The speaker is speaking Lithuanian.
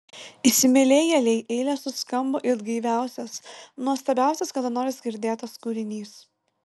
įsimylėjėlei eilės suskambo it gaiviausias nuostabiausias kada nors girdėtas kūrinys